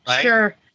Sure